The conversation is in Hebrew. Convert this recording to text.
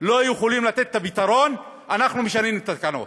לא יכולות לתת את הפתרון, אנחנו משנים את התקנות.